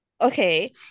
okay